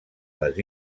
les